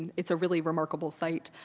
it's a really remarkable sight.